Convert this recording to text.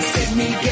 Sydney